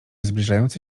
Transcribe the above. zbliżający